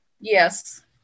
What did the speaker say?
Yes